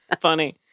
Funny